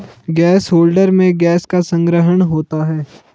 gas holder में gas का संग्रहण होता है